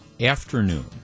afternoon